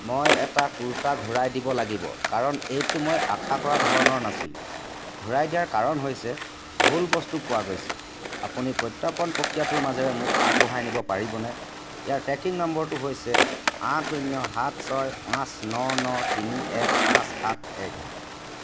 মই এটা কুৰ্তা ঘূৰাই দিব লাগিব কাৰণ এইটো মই আশা কৰা ধৰণৰ নাছিল ঘূৰাই দিয়াৰ কাৰণ হৈছে ভুল বস্তু পোৱা গৈছে আপুনি প্ৰত্যৰ্পণ প্ৰক্ৰিয়াটোৰ মাজেৰে মোক আগবঢ়াই নিব পাৰিবনে ইয়াৰ ট্ৰেকিং নম্বৰটো হৈছে আঠ শূন্য সাত ছয় পাঁচ ন ন তিনি এক পাঁচ সাত এক